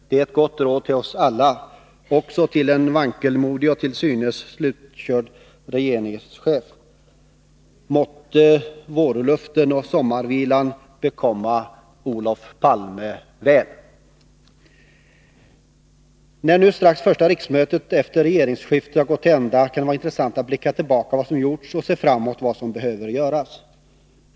Det är ett gott råd till oss alla — också till en vankelmodig och till synes slutkörd regeringschef. Måtte vårluften och sommarvilan bekomma Olof Palme väl! När nu strax första riksmötet efter regeringsskiftet har gått till ända kan det vara intressant att blicka tillbaka på vad som gjorts och se framåt på vad som behöver göras.